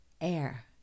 Air